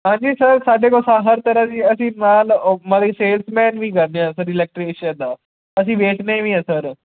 ਹਾਂਜੀ ਸਰ ਸਾਡੇ ਕੋਲ ਸਾ ਹਰ ਤਰ੍ਹਾਂ ਦੀ ਅਸੀਂ ਮਾਲ ਅ ਮਤਲਬ ਕਿ ਸੇਲਸਮੈਨ ਵੀ ਕਰਦੇ ਹਾਂ ਸਰ ਇਲੈਕਟ੍ਰੀਸ਼ਨ ਦਾ ਅਸੀਂ ਵੇਚਦੇ ਵੀ ਹਾਂ ਸਰ